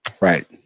Right